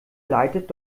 leitet